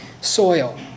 soil